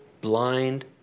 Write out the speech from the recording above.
blind